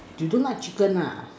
you don't like chicken nah